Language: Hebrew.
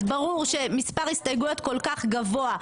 אז ברור שמספר הסתייגויות כל כך גבוה,